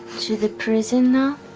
to the prison now?